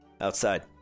Outside